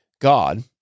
God